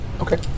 Okay